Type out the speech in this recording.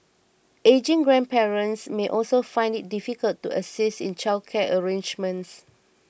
ageing grandparents may also find it difficult to assist in childcare arrangements